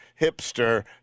hipster